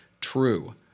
true